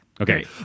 Okay